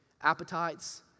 appetites